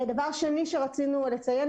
דבר שני שרצינו לציין.